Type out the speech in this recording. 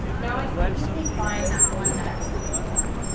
now, i can easily find that one that i was looking for.